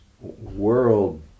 world